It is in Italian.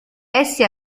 essi